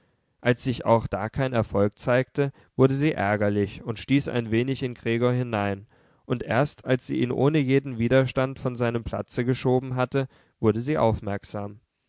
als sich auch da kein erfolg zeigte wurde sie ärgerlich und stieß ein wenig in gregor hinein und erst als sie ihn ohne jeden widerstand von seinem platze geschoben hatte wurde sie aufmerksam